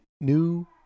new